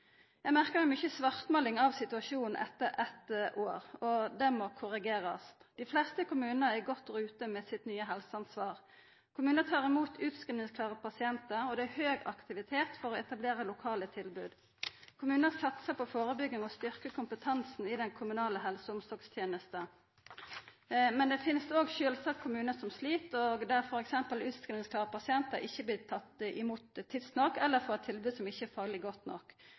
Eg merkar meg mykje svartmåling av situasjonen etter eitt år, og det må korrigerast. Dei fleste kommunar er godt i rute med sitt nye helseansvar. Kommunane tar imot utskrivingsklare pasientar, og det er høg aktivitet for å etablera lokale tilbod. Kommunane satsar på førebygging og styrkjer kompetansen i den kommunale helse- og omsorgstenesta. Det finst òg sjølvsagt kommunar som slit, og der f.eks. utskrivingsklare pasientar ikkje blir tatt imot tidsnok, eller får eit tilbod som ikkje er fagleg godt nok,